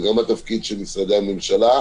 וגם התפקיד של משרדי הממשלה,